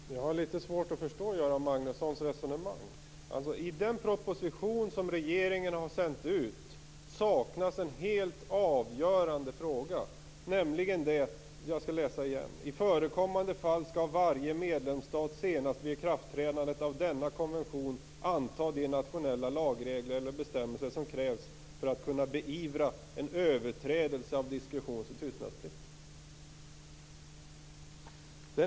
Fru talman! Jag har litet svårt att förstå Göran Magnussons resonemang. I den proposition som regeringen har sänt ut saknas en helt avgörande fråga, nämligen detta att i förekommande fall skall varje medlemsstat senast vid ikraftträdandet av denna konvention anta de nationella lagregler och bestämmelser som krävs för att kunna beivra en överträdelse av diskretion och tystnadsplikt.